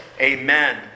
Amen